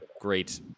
great